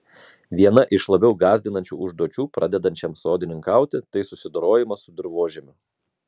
viena iš labiau gąsdinančių užduočių pradedančiam sodininkauti tai susidorojimas su dirvožemiu